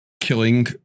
killing